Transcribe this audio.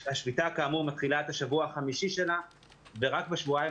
השביתה כאמור מתחילה את השבוע החמישי שלה ורק בשבועיים